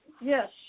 yes